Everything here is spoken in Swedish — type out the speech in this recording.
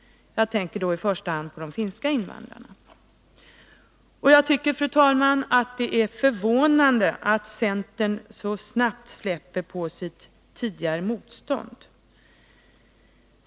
Jag tänker då i första hand på de finska invandrarna. Jag tycker, fru talman, att det är förvånande att centern så snabbt släpper på sitt tidigare motstånd.